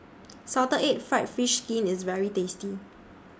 Salted Egg Fried Fish Skin IS very tasty